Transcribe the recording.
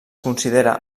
considera